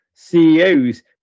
CEOs